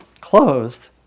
closed